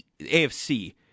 AFC